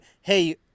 hey